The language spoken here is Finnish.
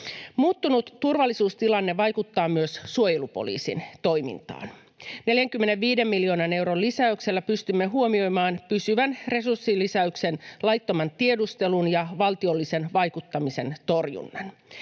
Muuttunut turvallisuustilanne vaikuttaa myös suojelupoliisin toimintaan. 45 miljoonan euron lisäyksellä pystymme huomioimaan pysyvän resurssilisäyksen laittoman tiedustelun ja valtiollisen vaikuttamisen torjuntaan.